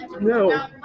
No